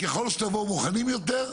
ככל שתבואו מוכנים יותר,